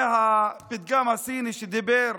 הפתגם הסיני דיבר